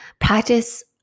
Practice